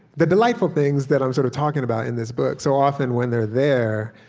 the delightful things that i'm sort of talking about in this book, so often, when they're there,